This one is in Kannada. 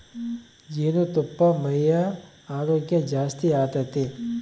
ಜೇನುತುಪ್ಪಾ ಮೈಯ ಆರೋಗ್ಯ ಜಾಸ್ತಿ ಆತತೆ